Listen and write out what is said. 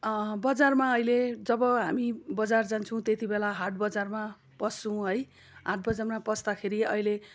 बजारमा अहिले जब हामी बजार जान्छौँ त्यति बेला हाट बजारमा पस्छौँ है हाट बजारमा पस्दाखेरि अहिले